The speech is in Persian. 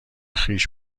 خویش